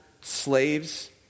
slaves